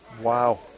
Wow